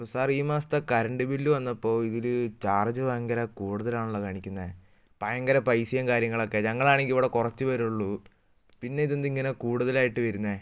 അത് സാർ ഈ മാസത്തെ കറണ്ട് ബില്ല് വന്നപ്പോൾ ഇതിൽ ചാർജ് ഭയങ്കര കൂടുതലാണല്ലോ കാണിക്കുന്ന ത് ഭയങ്കര പൈസയും കാര്യങ്ങളൊക്കെ ഞങ്ങളാണെങ്കിൽ ഇവിടെ കുറച്ചു കൂടുതലായിട്ട് വരുന്നത്